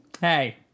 hey